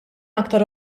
aktar